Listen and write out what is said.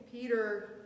Peter